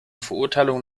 verurteilung